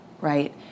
right